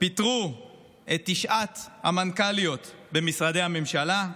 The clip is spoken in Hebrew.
פיטרו את תשע המנכ"ליות במשרדי הממשלה,